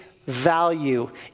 value